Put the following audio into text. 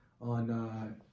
on